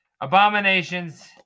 Abominations